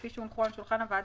כפי שהונחו על שולחן הוועדה,